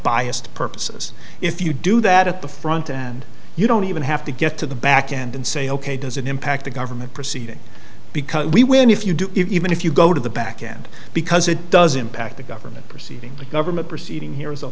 biased purposes if you do that at the front and you don't even have to get to the back end and say ok does it impact the government proceeding because we win if you do even if you go to the back end because it does impact the government proceeding the government proceeding here is a